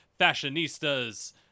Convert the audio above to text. fashionistas